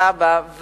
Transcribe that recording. טאבה,